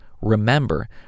Remember